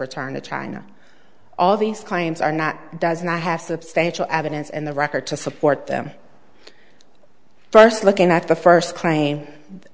return to china all these claims are not does not have substantial evidence and the record to support them first looking at the first claim